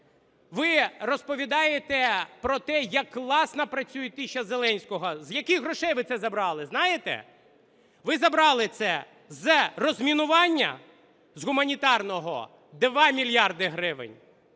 Ви розповідаєте про те, як класно працює тисяча Зеленського. З яких грошей ви це забрали, знаєте? Ви забрали це з розмінування з гуманітарного, 2 мільярди гривень.